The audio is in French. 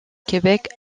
québec